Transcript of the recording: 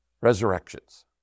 resurrections